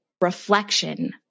reflection